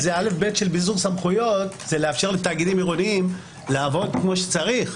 ה-א'-ב' של ביזור סמכויות זה לאפשר לתאגידים עירוניים לעבוד כמו שצריך.